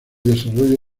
desarrollo